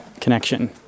connection